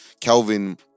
Kelvin